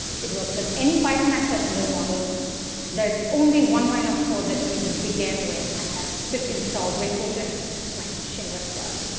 it works with any but and access and model of there's only one line of code that you need to begin with and that's installed witwidget. that's my shameless plug.